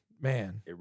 Man